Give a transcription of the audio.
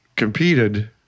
competed